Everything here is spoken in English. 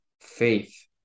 faith